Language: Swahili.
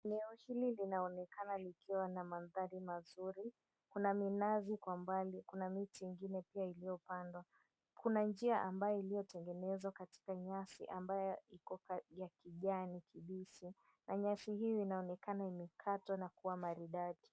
Eneo hili linaonekana likiwa na mandhari mazuri kuna minazi kwa mbali kuna miti mingine iliyopandwa kuna njia ambayo iliyotegenezwa katika nyasi ambayo iko ya kijani kibichi na nyasi hio inaonekana imekatwa na kuwa maridadi.